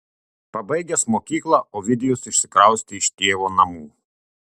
pabaigęs mokyklą ovidijus išsikraustė iš tėvo namų